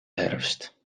herfst